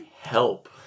help